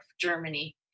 Germany